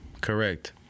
Correct